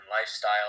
lifestyle